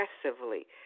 aggressively